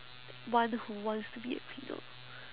one who wants to be a cleaner